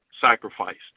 sacrificed